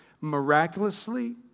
Miraculously